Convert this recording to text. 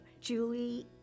Julie